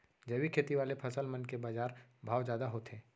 जैविक खेती वाले फसल मन के बाजार भाव जादा होथे